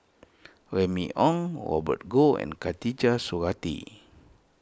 Remy Ong Robert Goh and Khatijah Surattee